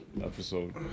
episode